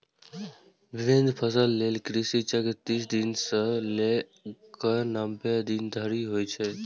विभिन्न फसल लेल कृषि चक्र तीस दिन सं लए कए नब्बे दिन धरि होइ छै